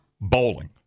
bowling